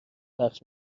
پخش